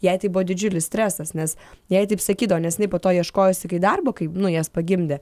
jai tai buvo didžiulis stresas nes jai taip sakydavo nes jinai po to ieškojosi kai darbo kai nu jas pagimdė